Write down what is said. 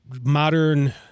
Modern